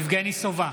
יבגני סובה,